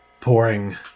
pouring